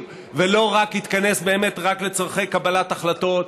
ולא יתכנס רק לצורכי קבלת החלטות,